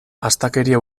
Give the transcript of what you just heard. astakeria